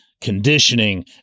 conditioning